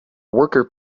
worker